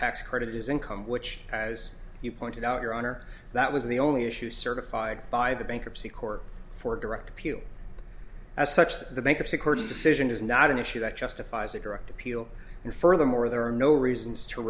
tax credit is income which as you pointed out your honor that was the only issue certified by the bankruptcy court for direct appeal as such the bankruptcy court's decision is not an issue that justifies a direct appeal and furthermore there are no reasons to